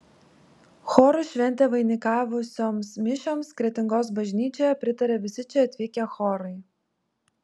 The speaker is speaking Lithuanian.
chorų šventę vainikavusioms mišioms kretingos bažnyčioje pritarė visi čia atvykę chorai